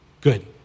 Good